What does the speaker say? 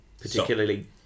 particularly